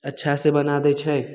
अच्छासँ बना दै छै